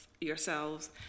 yourselves